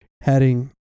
heading